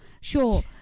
Sure